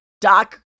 Doc